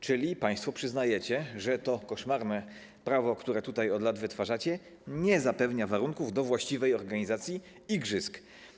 Czyli państwo przyznajecie, że koszmarne prawo, które tutaj od lat wytwarzacie, nie zapewnia warunków do właściwej organizacji igrzysk.